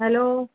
hello